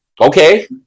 okay